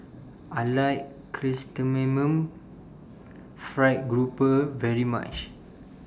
I like Chrysanthemum Fried Grouper very much